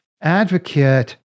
advocate